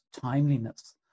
timeliness